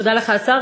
תודה לך, השר.